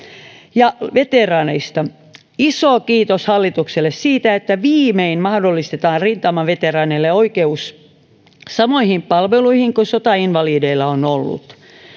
veteraaneista iso kiitos hallitukselle siitä että viimein mahdollistetaan rintamaveteraaneille oikeus samoihin palveluihin kuin sotainvalideilla on ollut